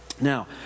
Now